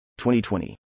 2020